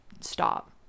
stop